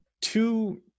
two